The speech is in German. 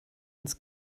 ins